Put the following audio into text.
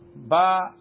Ba